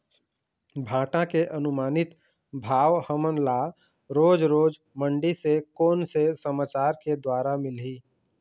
भांटा के अनुमानित भाव हमन ला रोज रोज मंडी से कोन से समाचार के द्वारा मिलही?